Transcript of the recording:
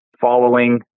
following